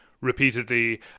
repeatedly